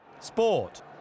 Sport